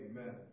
Amen